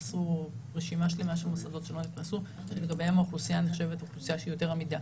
יש רשימה שלמה לגביה האוכלוסייה נחשבת לאוכלוסייה שהיא יותר עמידה.